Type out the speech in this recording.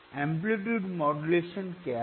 amplitude modulation क्या हैं